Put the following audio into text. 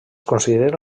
considera